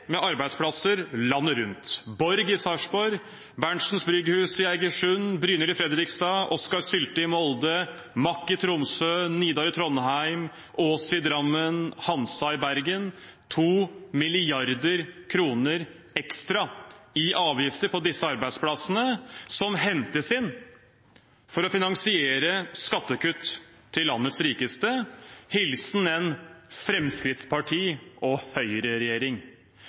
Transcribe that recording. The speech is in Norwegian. med arbeidsplasser landet rundt: Borg i Sarpsborg, Berentsens Brygghus i Egersund, Brynild i Fredrikstad, Oskar Sylte i Molde, Mack i Tromsø, Nidar i Trondheim, Aass i Drammen, Hansa i Bergen – 2 mrd. kr ekstra i avgifter på disse arbeidsplassene, som hentes inn for å finansiere skattekutt til landets rikeste, hilsen